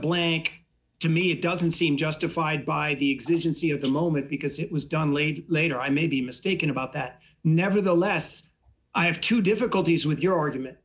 blank to me it doesn't seem justified by the existence of the moment because it was done late later i may be mistaken about that nevertheless i have two difficulties with your argument